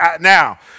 Now